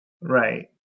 Right